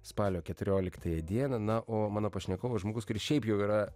spalio keturioliktąją dieną na o mano pašnekovas žmogus kuris šiaip jau yra